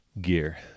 Gear